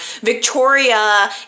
Victoria